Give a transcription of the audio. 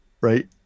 right